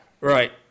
Right